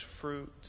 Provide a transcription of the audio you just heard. fruit